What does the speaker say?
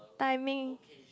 timing